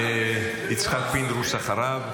יצחק פינדרוס אחריו.